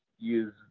use